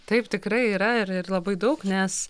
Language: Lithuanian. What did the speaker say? taip tikrai yra ir ir labai daug nes